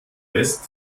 west